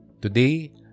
Today